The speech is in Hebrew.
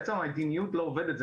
בעצם המדיניות לא עובדת.